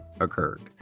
occurred